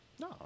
No